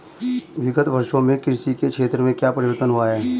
विगत वर्षों में कृषि के क्षेत्र में क्या परिवर्तन हुए हैं?